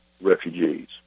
refugees